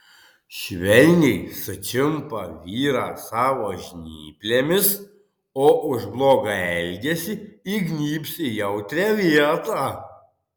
švelniai sučiumpa vyrą savo žnyplėmis o už blogą elgesį įgnybs į jautrią vietą